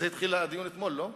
הדיון התחיל אתמול, לא?